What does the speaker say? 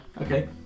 Okay